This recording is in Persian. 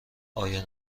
آیا